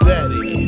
Daddy